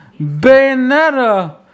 Bayonetta